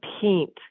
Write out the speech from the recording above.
paint